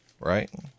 right